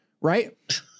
Right